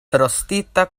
rostita